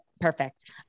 perfect